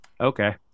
okay